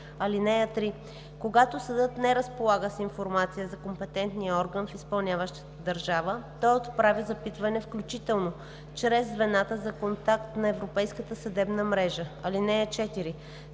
(3) Когато съдът не разполага с информация за компетентния орган в изпълняващата държава, той отправя запитване, включително чрез звената за контакт на Европейската съдебна мрежа. (4)